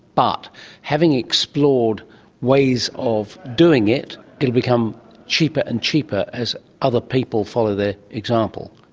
but having explored ways of doing it, it will become cheaper and cheaper as other people follow their example.